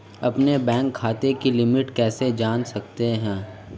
अपने बैंक खाते की लिमिट कैसे जान सकता हूं?